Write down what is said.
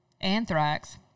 anthrax